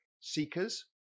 seekers